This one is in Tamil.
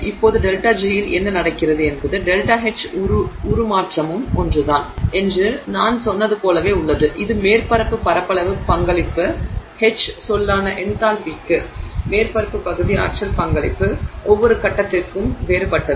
இப்போது ΔG இல் என்ன நடக்கிறது என்பது ΔH உருமாற்றமும் ஒன்றுதான் என்று நான் சொன்னது போலவே உள்ளது இது மேற்பரப்பு பரப்பளவு பங்களிப்பு H சொல்லான என்தால்பிக்கு மேற்பரப்பு பகுதி ஆற்றல் பங்களிப்பு ஒவ்வொரு கட்டத்திற்கும் வேறுபட்டது